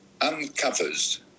uncovers